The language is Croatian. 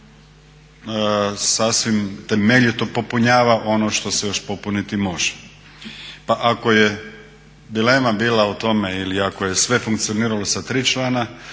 sasvim temeljito popunjava ono što se još popuniti može. Pa ako je dilema bila u tome ili ako je sve funkcioniralo sa tri člana,